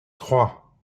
trois